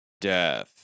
death